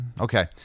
Okay